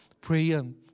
praying